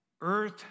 Earth